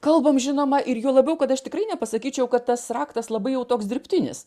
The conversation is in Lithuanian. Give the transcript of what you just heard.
kalbam žinoma ir juo labiau kad aš tikrai nepasakyčiau kad tas raktas labai jau toks dirbtinis